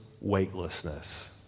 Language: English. weightlessness